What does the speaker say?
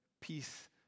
peace